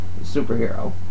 superhero